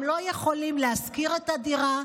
הם לא יכולים להשכיר את הדירה,